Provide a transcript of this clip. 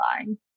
line